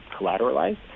collateralized